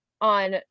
on